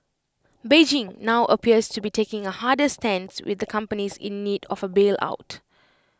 Beijing now appears to be taking A harder stance with the companies in need of A bail out